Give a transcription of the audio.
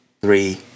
Three